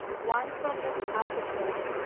one from miss aldclyffe,